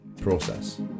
process